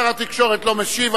שר התקשורת לא משיב,